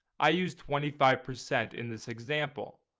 i used twenty-five percent in this example.